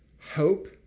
hope